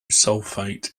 sulfate